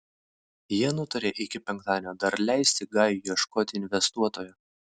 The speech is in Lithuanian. jie nutarė iki penktadienio dar leisti gajui ieškoti investuotojo